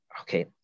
okay